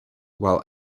while